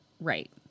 right